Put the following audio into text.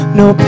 no